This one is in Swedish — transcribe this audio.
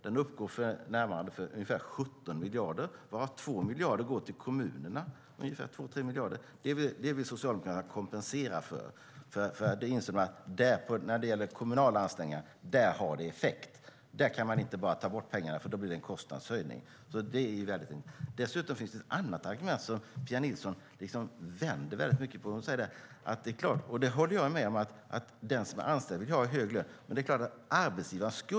Den uppgår för närvarande till ungefär 17 miljarder, varav 2-3 miljarder går till kommunerna. Det vill Socialdemokraterna kompensera för, eftersom det när det gäller kommunala anställningar har effekt. Där kan man inte bara ta bort pengarna för då blir det en kostnadshöjning. Dessutom finns det ett annat argument, som Pia Nilsson vänder på. Hon säger att det är klart att den som är anställd vill ha hög lön, och det håller jag med om.